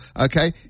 okay